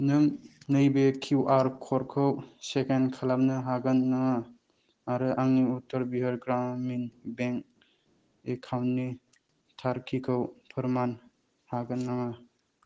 नों नैबे किउआर क'डखौ स्केन खलामनो हागोन नामा आरो आंनि उत्तर बिहार ग्रामिन बेंक एकाउन्टनि थारखिखौ फोरमान हागोन नामा